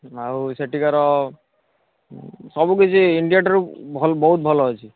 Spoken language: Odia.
ଆଉ ସେଠିକାର ସବୁ କିଛି ଇଣ୍ଡିଆ ଠାରୁ ଭଲ ବହୁତ ଭଲ ଅଛି